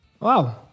Wow